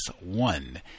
one